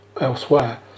elsewhere